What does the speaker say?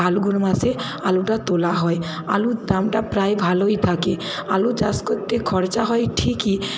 ফাল্গুন মাসে আলুটা তোলা হয় আলুর দামটা প্রায় ভালোই থাকে আলু চাষ করতে খরচা হয় ঠিকই